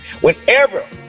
whenever